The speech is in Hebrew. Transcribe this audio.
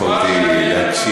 היא הכריחה אותי להקשיב.